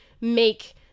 make